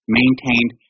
maintained